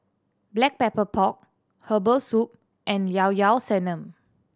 Black Pepper Pork herbal soup and Llao Llao Sanum